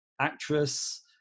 actress